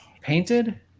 painted